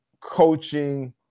Coaching